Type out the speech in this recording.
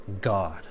God